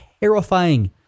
terrifying